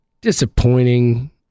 Disappointing